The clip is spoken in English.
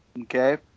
Okay